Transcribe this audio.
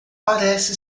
parece